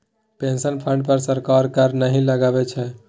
pension fund पर सरकार कर नहि लगबै छै